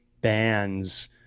bands